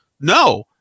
No